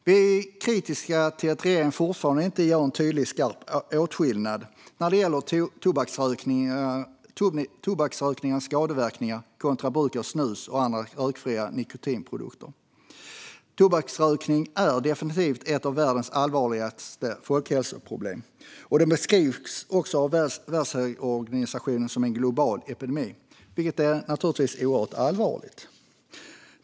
Vi är kritiska till att regeringen fortfarande inte gör en tydlig och skarp åtskillnad när det gäller skadeverkningar av tobaksrökning kontra bruk av snus och andra rökfria nikotinprodukter. Tobaksrökningen är definitivt ett av världens allvarligaste folkhälsoproblem. Den beskrivs också av Världshälsoorganisationen som en global epidemi, vilket naturligtvis är oerhört allvarligt.